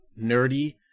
nerdy